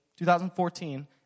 2014